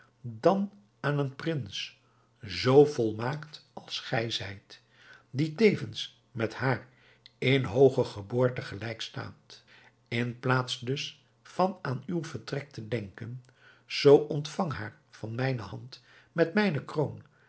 dan aan een prins zoo volmaakt als gij zijt die tevens met haar in hooge geboorte gelijk staat in plaats dus van aan uw vertrek te denken zoo ontvang haar van mijne hand met mijne kroon